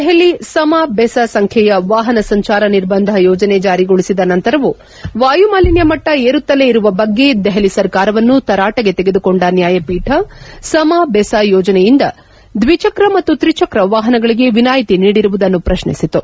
ದೆಹಲಿ ಸಮ ಬೆಸ ಸಂಬ್ಲೆಯ ವಾಹನ ಸಂಚಾರ ನಿರ್ಬಂಧ ಯೋಜನೆ ಜಾರಿಗೊಳಿಸಿದ ನಂತರವು ವಾಯುಮಾಲಿನ್ವ ಮಟ್ಟ ವಿರುತ್ತಲೇ ಇರುವ ಬಗ್ಗೆ ದೆಹಲಿ ಸರ್ಕಾರವನ್ನು ತರಾಟೆಗೆ ತೆಗೆದುಕೊಂಡ ನ್ಲಾಯಪೀಠ ಸಮ ಬೆಸ ಯೋಜನೆಯಿಂದ ದ್ವಿಚಕ್ರ ಮತ್ತು ತ್ರಿಚಕ್ರ ವಾಹನಗಳಗೆ ವಿನಾಯಿತಿ ನೀಡಿರುವುದನ್ನು ಪ್ರಶ್ನಿಸಿತು